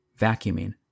vacuuming